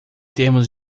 termos